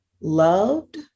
loved